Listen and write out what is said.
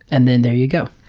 and then there you go.